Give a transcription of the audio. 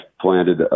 planted